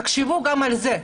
תחשבו גם על זה.